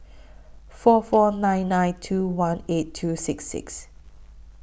four four nine nine two one eight two six six